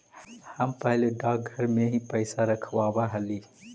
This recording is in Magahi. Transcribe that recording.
हम पहले डाकघर में ही पैसा रखवाव हली